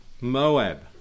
Moab